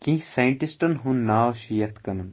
کینٛہہ سایِنٹِسٹَن ہُنٛد ناو چھِ یِتھ کٔنَن